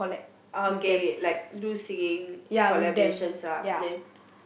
okay like do singing collaborations ah then